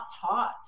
taught